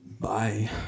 Bye